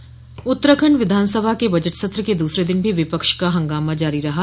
budget सत्र उत्तराखण्ड विधानसभा के बजट सत्र के दूसरे दिन भी विपक्ष का हंगामा जारी रहा